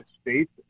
states